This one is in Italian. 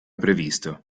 previsto